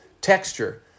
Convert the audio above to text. Texture